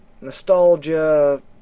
nostalgia